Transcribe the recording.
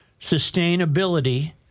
sustainability